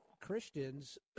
Christians